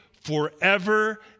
forever